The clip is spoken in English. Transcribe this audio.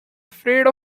afraid